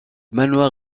manoir